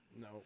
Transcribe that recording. no